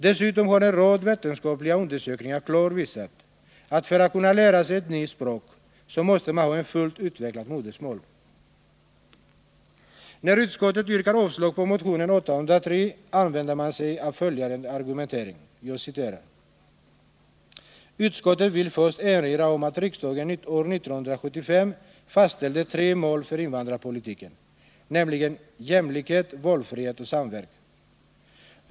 Dessutom har en rad vetenskapliga undersökningar klart visat, att för att kunna lära sig ett nytt språk måste man ha ett fullt utvecklat modersmål. När utskottet yrkar avslag på motionen 803 använder man följande argumentering: ”Utskottet vill först erinra om att riksdagen år 1975 fastställde tre mål för invandrarpolitiken, nämligen jämlikhet, valfrihet och samverkan.